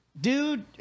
Dude